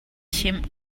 chimh